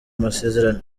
masezerano